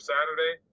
Saturday